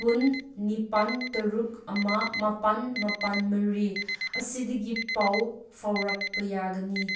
ꯐꯨꯟ ꯅꯤꯄꯥꯟ ꯇꯔꯨꯛ ꯑꯃ ꯃꯥꯄꯟ ꯃꯥꯄꯟ ꯃꯔꯤ ꯑꯁꯤꯗꯒꯤ ꯄꯥꯎ ꯐꯥꯎꯔꯛꯄ ꯌꯥꯒꯅꯤ